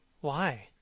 Why